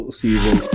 season